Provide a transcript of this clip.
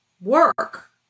work